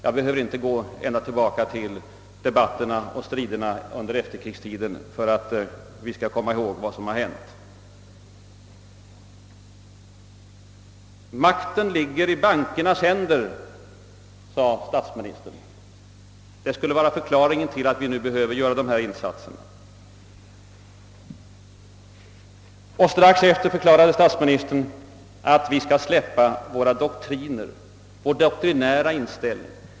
Jag behöver inte gå tillbaka ända till debatterna och striderna under tiden närmast efter kriget, det räcker med ett par år för att få bekräftelse. Makten »ligger i bankernas händer», sade statsministern. Det skulle vara förklaringen till att vi nu behöver göra dessa nya insatser. Strax efteråt förklarade statsministern att vi skall släppa vår »doktrinära» inställning.